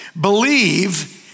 believe